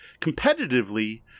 competitively